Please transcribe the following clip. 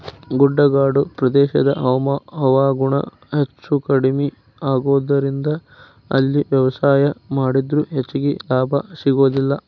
ಗುಡ್ಡಗಾಡು ಪ್ರದೇಶದ ಹವಾಗುಣ ಹೆಚ್ಚುಕಡಿಮಿ ಆಗೋದರಿಂದ ಅಲ್ಲಿ ವ್ಯವಸಾಯ ಮಾಡಿದ್ರು ಹೆಚ್ಚಗಿ ಲಾಭ ಸಿಗೋದಿಲ್ಲ